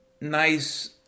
nice